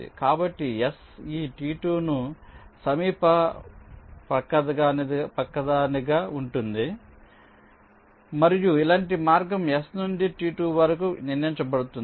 కాబట్టి S ఈ T2 ను సమీప పొరుగువారైనందున మొదట కనుగొంటుంది మరియు ఇలాంటి మార్గం S నుండి T2 వరకు నిర్ణయించబడుతుంది